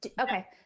Okay